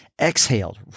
exhaled